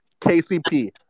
KCP